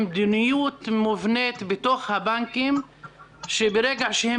מדיניות מובנית בתוך הבנקים שברגע שהם